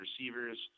receivers